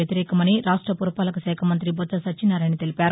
వ్యతిరేకమని రాష్ట పురపాలకశాఖ మంతి బొత్స సత్యనారాయణ తెలిపారు